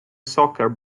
soccer